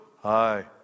Hi